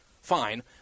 fine